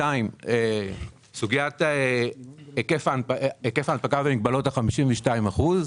סוגיית היקף ההנפקה במגבלות ה-52 אחוזים.